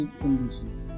conditions